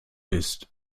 ist